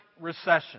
recession